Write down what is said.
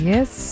Yes